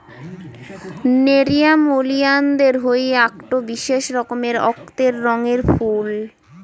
nerium oleander হই আকটো বিশেষ রকমের অক্তের রঙের ফুল